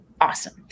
awesome